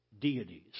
deities